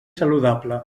saludable